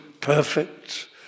perfect